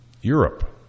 Europe